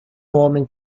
homem